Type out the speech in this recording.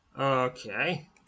Okay